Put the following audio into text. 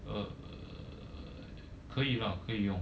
err 可以 lah 可以用